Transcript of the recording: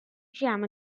jam